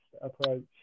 approach